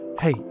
Hey